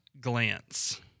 glance